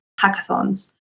hackathons